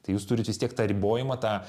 tai jūs turit vis tiek tą ribojimą tą